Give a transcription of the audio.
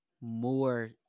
more